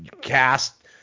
cast